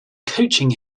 coaching